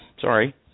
Sorry